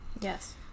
Yes